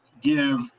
give